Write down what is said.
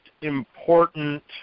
important